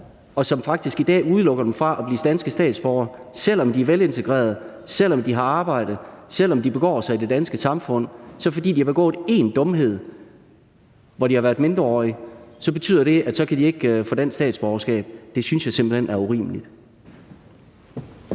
så faktisk i dag udelukker dem fra at blive danske statsborgere, selv om de er velintegrerede, selv om de har arbejde, og selv om de begår sig i det danske samfund. Fordi de har begået én dumhed, da de var mindreårige, betyder det, at de ikke kan få dansk statsborgerskab. Det synes jeg simpelt hen er urimeligt.